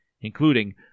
including